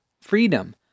freedom